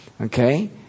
okay